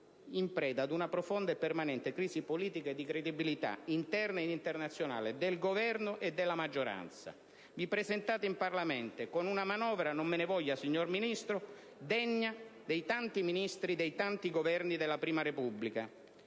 in preda a una profonda e permanente crisi politica e di credibilità interna ed internazionale del Governo e della maggioranza, vi presentate in Parlamento con una manovra - non me ne voglia, signor Ministro - degna dei tanti Ministri e dei tanti Governi della Prima Repubblica,